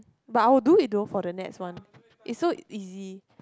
but I'll do it though for the next one it's so easy